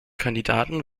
kandidaten